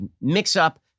mix-up